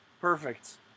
Perfect